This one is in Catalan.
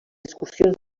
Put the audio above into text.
excursions